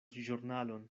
ĵurnalon